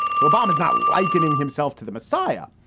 so obama is not likening himself to the messiah,